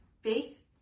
faith